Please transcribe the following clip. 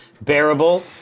bearable